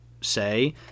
say